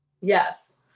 Yes